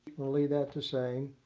we'll leave that the same.